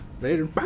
Later